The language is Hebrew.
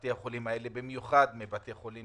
מבתי החולים האלה, במיוחד בתי חולים